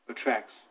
attracts